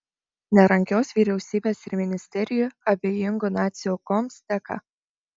nerangios vyriausybės ir ministerijų abejingų nacių aukoms dėka